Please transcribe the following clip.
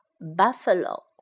Buffalo